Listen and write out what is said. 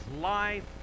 life